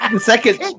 second